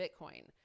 Bitcoin